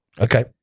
Okay